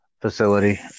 facility